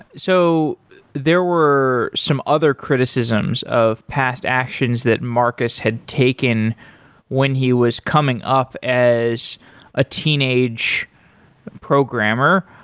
so there were some other criticisms of past actions that marcus had taken when he was coming up as a teenage programmer.